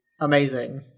amazing